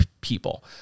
people